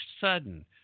sudden